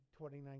2019